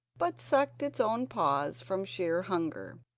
but sucked its own paws from sheer hunger.